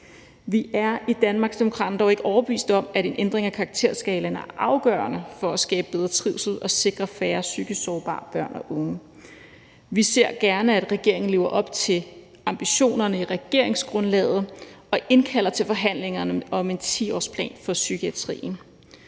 Vi er i Danmarksdemokraterne dog ikke overbeviste om, at en ændring af karakterskalaen er afgørende for at skabe bedre trivsel og sikre færre psykisk sårbare børn og unge. Vi ser gerne, at regeringen lever op til ambitionerne i regeringsgrundlaget og indkalder til forhandlinger om en 10-årsplan for psykiatrien.